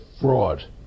fraud